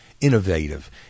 Innovative